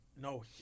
No